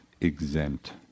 exempt